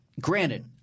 granted